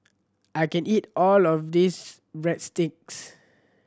I can't eat all of this Breadsticks